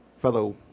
fellow